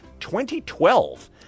2012